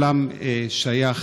העולם שייך